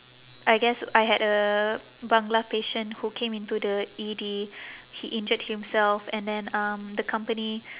I guess I had a bangla patient who came into the E_D he injured himself and then um the company